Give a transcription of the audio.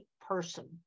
person